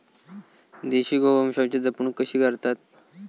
देशी गोवंशाची जपणूक कशी करतत?